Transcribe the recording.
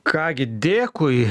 ką gi dėkui